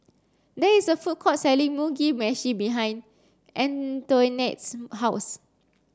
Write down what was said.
there is a food court selling Mugi Meshi behind Antoinette's house